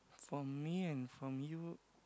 for me and from you